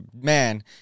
man